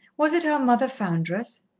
was it our mother foundress?